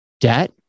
debt